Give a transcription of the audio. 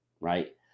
right